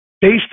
based